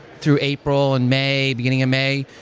through april and may, beginning of may,